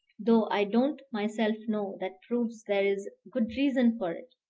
though i don't myself know that proves there is good reason for it.